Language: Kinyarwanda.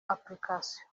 application